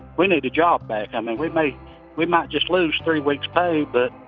we need a job back. i mean we might we might just lose three weeks pay. but